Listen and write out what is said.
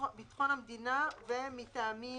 "מטעמים